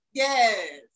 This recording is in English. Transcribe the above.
yes